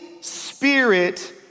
Spirit